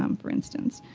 um for instance.